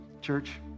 Church